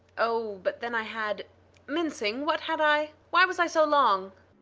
oh, but then i had mincing, what had i? why was i so long?